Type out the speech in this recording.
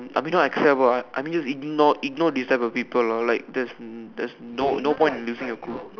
I mean not I care about I mean just ignore ignore this type of people lor like just just no point losing your cool